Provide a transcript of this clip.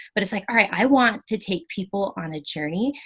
but it's like, all right, i want to take people on a journey.